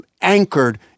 anchored